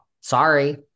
Sorry